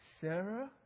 Sarah